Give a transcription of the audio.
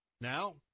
Now